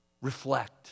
Reflect